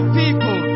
people